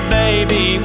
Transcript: baby